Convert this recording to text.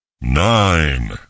nine